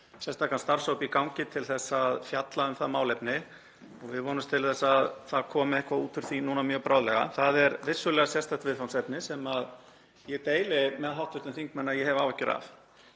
sérstakan starfshóp í gangi til að fjalla um það málefni og við vonumst til þess að það komi eitthvað út úr því mjög bráðlega. Það er vissulega sérstakt viðfangsefni sem ég deili með hv. þingmanni að ég hef áhyggjur af.